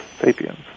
sapiens